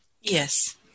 Yes